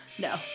No